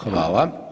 Hvala.